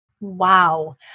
Wow